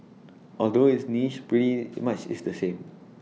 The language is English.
although it's niche pretty much is the same